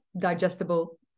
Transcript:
digestible